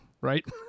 right